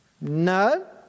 No